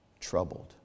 troubled